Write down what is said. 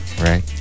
Right